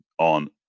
On